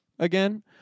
again